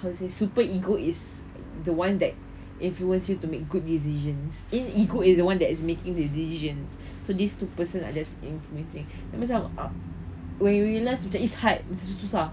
how to say super ego is the one that influence you to make good decisions in ego is the one that is making the decisions so these two person are just influencing then macam ah when we realised that it's hard macam susah